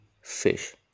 fish